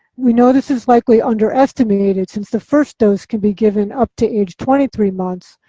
we know this is likely underestimated since the first dose can be given up to age twenty three months,